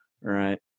Right